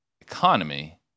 economy